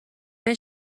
همه